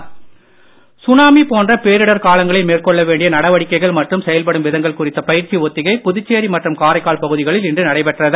tsunami ஒத்திகை tsunami போன்ற பேரிடர் காலங்களில் மேற்கொள்ள வேண்டிய நடவடிக்கைகள் மற்றும் செயல்படும் விதங்கள் குறித்த பயிற்சி ஒத்திகை புதுச்சேரி மற்றும் காரைக்கால் பகுதிகளில் இன்று நடைபெற்றது